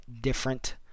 different